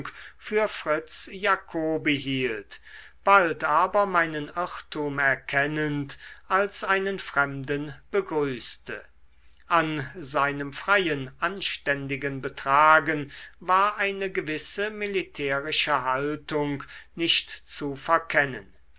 für fritz jacobi hielt bald aber meinen irrtum erkennend als einen fremden begrüßte an seinem freien anständigen betragen war eine gewisse militärische haltung nicht zu verkennen